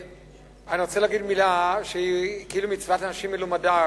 אני רוצה להגיד מלה שהיא כאילו מצוות אנשים מלומדה,